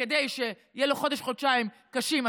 כדי שיהיו לו חודש-חודשיים קשים,